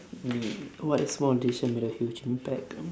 mm what a small decision made a huge impact